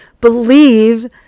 believe